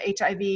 HIV